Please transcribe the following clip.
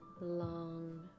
long